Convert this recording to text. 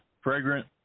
fragrant